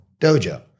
dojo